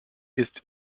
ist